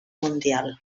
mundial